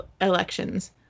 elections